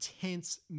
intense